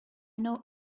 know